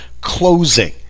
closing